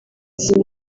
izi